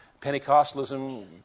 pentecostalism